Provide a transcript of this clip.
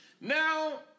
Now